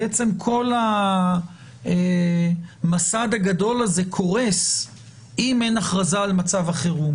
כל המסד הגדול הזה קורס אם אין הכרזה על מצב החירום,